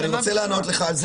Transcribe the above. אני רוצה לענות לך על זה,